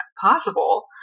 possible